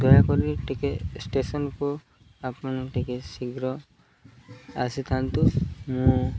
ଦୟାକରି ଟିକେ ଷ୍ଟେସନକୁ ଆପଣ ଟିକେ ଶୀଘ୍ର ଆସିଥାନ୍ତୁ ମୁଁ